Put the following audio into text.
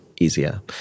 easier